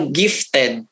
gifted